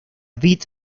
vid